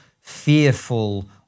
fearful